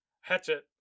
Hatchet